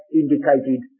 indicated